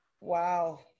Wow